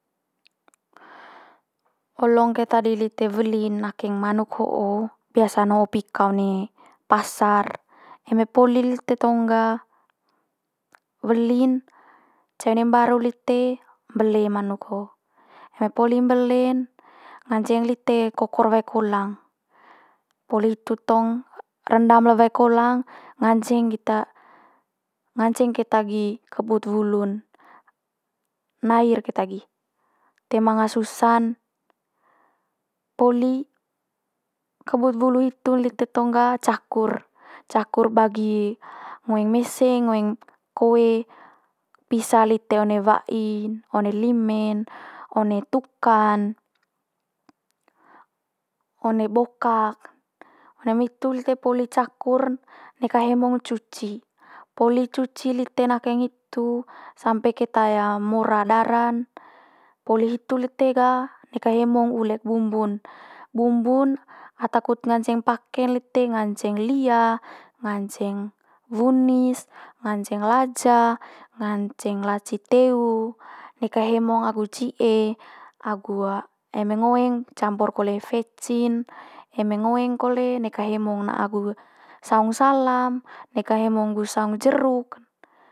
olong keta di lite weli nakeng manuk ho'o, biasa'n ho'o pika one pasar. Eme poli lite tong gah weli'n, cai one mbaru lite mbele manuk ho'o. Eme poli mbele'n nganceng lite kokor wae kolang. Poli hitu tong rendam le wae kolang nganceng nganceng keta gi kebut wulu'n, nair keta gi. Toe manga susa'n poli kebut wulu hitu lite tong ga cakur, cakur bagi ngoeng mese, ngoeng koe pisa lite one wa'in one lime'n, one tuka'n one bokak. One mai itu lite poli cakur'n neka hemong cuci, poli cuci lite nakeng hitu sampe keta mora dara'n poli hitu lite ga, neka hemong ulek bumbu'n. Bumbu'n ata kut nganceng pake lite'n nganceng lia, nganceng wunis, nganceng laja, nganceng laci teu, neka hemong agu ci'e agu eme ngoeng campur kole vecin. Eme ngoeng kole neka hemong na'a agu saung salam neka hemong gu saung jeruk'n.